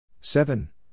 Seven